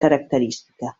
característica